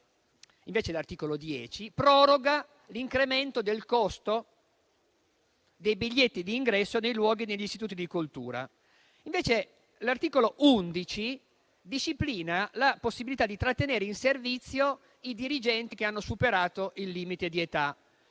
nell'articolo 10 si proroga l'incremento del costo dei biglietti di ingresso nei luoghi e negli istituti di cultura. L'articolo 11 disciplina la possibilità di trattenere in servizio i dirigenti che hanno superato il limite di età,